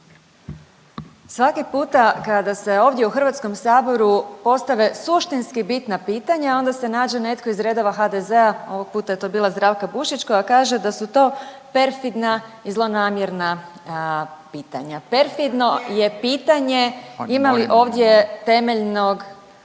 Svaki puta kada se ovdje u HS-u postave suštinski bitna pitanja, onda se nađe netko iz redova HDZ-a, ovog puta je to bila Zdravka Bušić koja kaže da su to perfidna i zlonamjerna pitanja. Perfidno .../Upadica se ne čuje./...